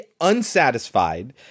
unsatisfied